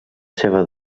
seva